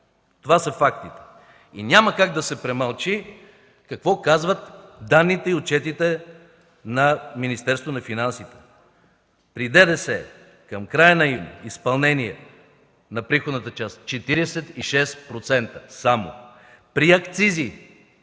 Това са фактите и няма как да се премълчи какво казват данните и отчетите на Министерството на финансите. При ДДС към края на месец юни – изпълнение на приходната част 46% само; при акцизи